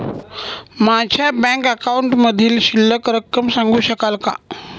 माझ्या बँक अकाउंटमधील शिल्लक रक्कम सांगू शकाल का?